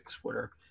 Twitter